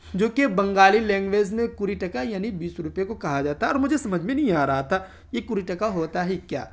جوکہ بنگالی لینگویز میں کوری ٹکا یعنی بیس روپئے کو کہا جاتا ہے اور مجھے سمجھ میں نہیں آ رہا تھا یہ کوری ٹکا ہوتا ہے کیا